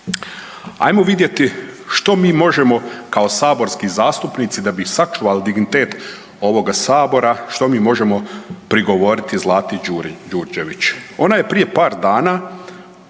ajmo vidjeti što mi možemo kao saborski zastupnici da bi sačuvali dignitet ovoga sabora, što mi možemo prigovoriti Zlati Đurđević. Ona je prije par dana